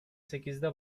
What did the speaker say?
sekizde